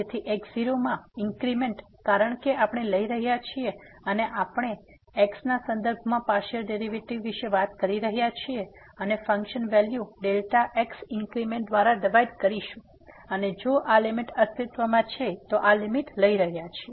તેથી x0 માં increment કારણ કે આપણે લઈ રહ્યા છીએ અથવા આપણે x ના સંદર્ભમાં પાર્સીઅલ ડેરીવેટીવ વિશે વાત કરી રહ્યા છીએ અને function value delta x increment દ્વારા ડિવાઈડ કરશું અને જો આ લીમીટ અસ્તિત્વમાં છે તો આ લીમીટ લઈ રહ્યા છીએ